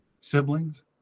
siblings